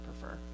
prefer